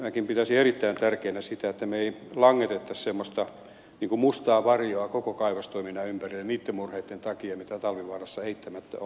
minäkin pitäisin erittäin tärkeänä sitä että me emme langettaisi semmoista mustaa varjoa koko kaivostoiminnan ympärille niitten murheitten takia mitä talvivaarassa eittämättä on ollut